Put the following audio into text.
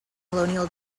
colonial